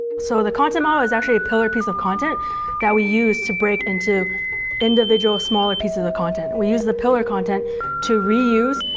so the content model ah is actually a pillar piece of content that we use to break into individual smaller pieces of content. and we use the pillar content to reuse,